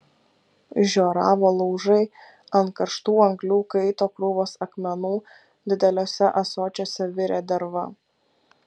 žioravo laužai ant karštų anglių kaito krūvos akmenų dideliuose ąsočiuose virė derva